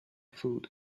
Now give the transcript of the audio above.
food